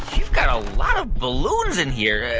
you've got a lot of balloons in here.